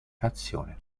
azione